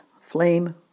Flame